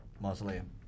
mausoleum